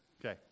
Okay